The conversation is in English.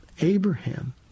Abraham